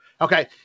Okay